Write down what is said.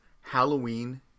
Halloween